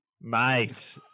Mate